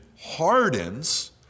hardens